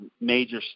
major